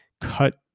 cut